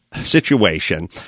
situation